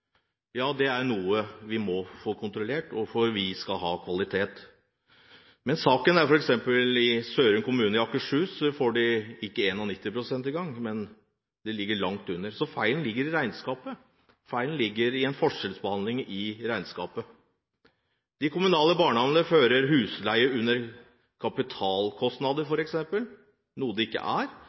Ja, det er noe vi må få kontrollert, for vi skal ha kvalitet. Men saken er at i f.eks. Sørum kommune i Akershus får de ikke 91 pst. engang – de ligger langt under. Så feilen ligger i regnskapet – feilen ligger i en forskjellsbehandling i regnskapet. De kommunale barnehagene fører husleie under kapitalkostnader, f.eks., noe det ikke er,